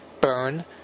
burn